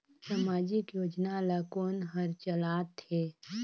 समाजिक योजना ला कोन हर चलाथ हे?